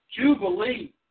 Jubilee